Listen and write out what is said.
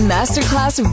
Masterclass